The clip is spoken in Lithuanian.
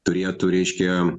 turėtų reiškia